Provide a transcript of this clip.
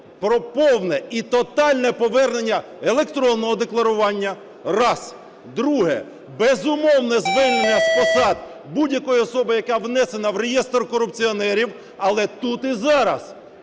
про повне і тотальне повернення електронного декларування? Раз. Друге. Безумовне звільнення з посад будь-якої особи, яка внесена в реєстр корупціонерів, але тут і зараз.